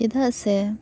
ᱪᱮᱫᱟᱜ ᱥᱮ